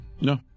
No